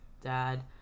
dad